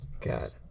God